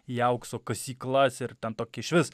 į aukso kasyklas ir ten tokį išvis